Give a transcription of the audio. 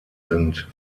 sind